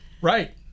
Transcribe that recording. Right